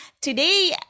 today